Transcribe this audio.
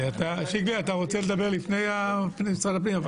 שיקלי, אתה רוצה לדבר לפני משרד הפנים?